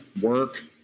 work